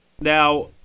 Now